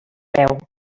veu